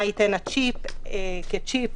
מה ייתן הצ'יפ כצ'יפ,